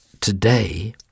today